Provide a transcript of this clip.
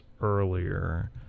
earlier